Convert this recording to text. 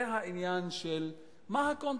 זה העניין של מה הקונטקסט,